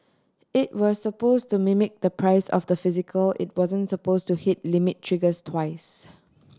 it was supposed to mimic the price of the physical it wasn't supposed to hit limit triggers twice